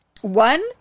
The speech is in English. One